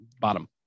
bottom